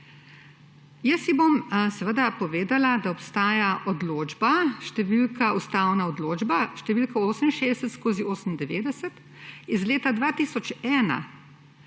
Jaz ji bom seveda povedala, da obstaja ustavna odločba številka 68/98 iz leta 2001,